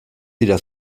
dira